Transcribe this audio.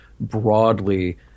broadly